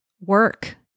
work